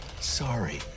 sorry